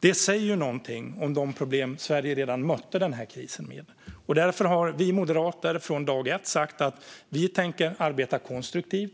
Det säger någonting om de problem som Sverige redan mötte den här krisen med. Därför har vi moderater från dag ett sagt att vi tänker arbeta konstruktivt.